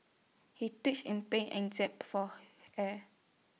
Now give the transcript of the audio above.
he in pain and jape for air